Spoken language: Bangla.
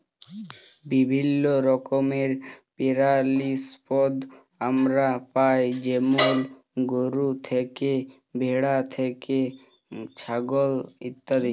বিভিল্য রকমের পেরালিসম্পদ আমরা পাই যেমল গরু থ্যাকে, ভেড়া থ্যাকে, ছাগল ইত্যাদি